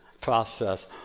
process